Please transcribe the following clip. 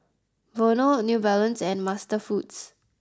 Vono New Balance and MasterFoods